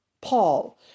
Paul